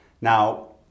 now